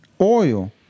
oil